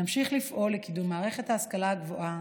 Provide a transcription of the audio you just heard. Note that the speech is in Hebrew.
נמשיך לפעול לקידום מערכת ההשכלה הגבוהה